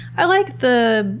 i like the,